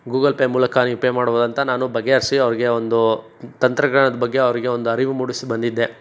Google Pay ಮೂಲಕ ನೀವು pay ಮಾಡ್ಬೌದಂತ ನಾನು ಬಗೆ ಹರಿಸಿ ಅವರಿಗೆ ಒಂದು ತಂತ್ರಜ್ಞಾನದ ಬಗ್ಗೆ ಅವರಿಗೆ ಒಂದು ಅರಿವು ಮೂಡಿಸಿ ಬಂದಿದ್ದೆ